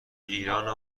ایرانه